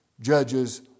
judges